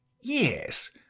Yes